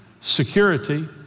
security